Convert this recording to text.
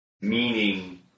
meaning